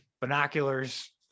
binoculars